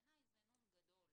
בעיני זה נון גדול